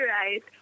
Right